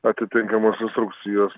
atitinkamos instrukcijos